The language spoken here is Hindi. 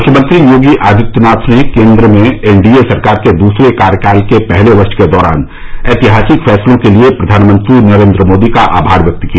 मुख्यमंत्री योगी आदित्यनाथ ने केन्द्र में एनडीए सरकार के दूसरे कार्यकाल के पहले वर्ष के दौरान ऐतिहासिक फैसलों के लिए प्रधानमंत्री नरेंद्र मोदी का आभार व्यक्त किया